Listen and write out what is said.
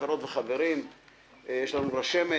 הרשמת,